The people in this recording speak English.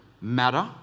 matter